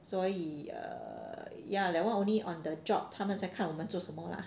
所以 err ya like that [one] only on the job 他们才看我们做什么 lah